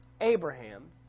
Abraham